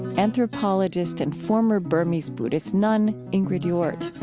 anthropologist and former burmese buddhist nun ingrid jordt.